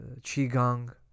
qigong